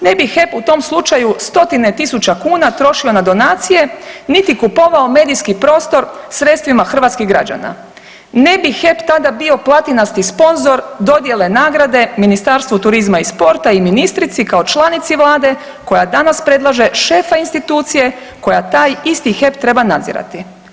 Ne bi HEP u tom slučaju stotine tisuća kuna trošio na donacije, niti kupovao medijski prostor sredstvima hrvatskih građana, ne bi HEP tada bio platinasti sponzor dodjele nagrade Ministarstvu turizma i sporta i ministrici kao članici vlade koja danas predlaže šefa institucije koja taj isti HEP treba nadzirati.